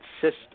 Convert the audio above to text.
system